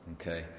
Okay